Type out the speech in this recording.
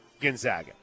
Gonzaga